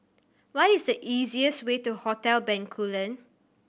what is the easiest way to Hotel Bencoolen